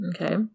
Okay